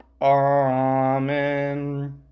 Amen